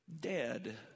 dead